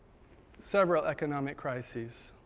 several economic crises,